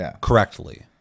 correctly